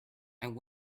and